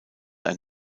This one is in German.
ein